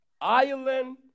island